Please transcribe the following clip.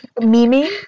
Mimi